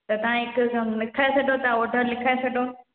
त तव्हां हिकु कमु लिखाए छॾियो तव्हां ऑडर लिखाए छॾियो